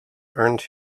earned